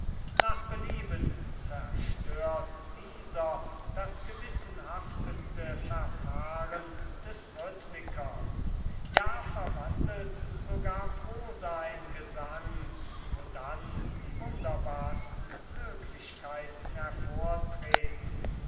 nach belieben zerstört dieser das gewissenhafteste verfahren des rhythmikers ja verwandelt sogar prosa in gesang wo dann die wunderbarsten möglichkeiten